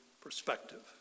perspective